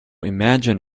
imagine